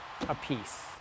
apiece